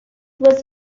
was